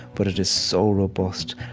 but it is so robust.